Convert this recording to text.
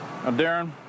Darren